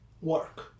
work